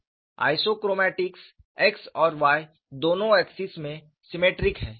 isochromatics x और y दोनों axis में सीमेट्रिक हैं